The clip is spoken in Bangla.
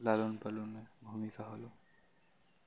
লালন পালনের ভূমিকা হলো